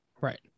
Right